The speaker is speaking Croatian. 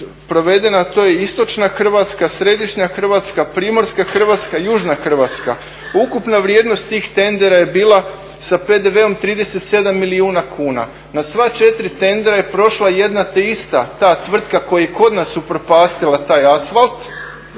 provedena, a to je Istočna Hrvatska, Središnja, Primorska i Južna Hrvatska. Ukupna vrijednost tih tendera je bila sa PDV-om 37 milijuna kuna. na sva 4 tendera je prošla jedna te ista ta tvrtka koja je kod nas upropastila taj asfalt.